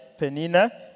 Penina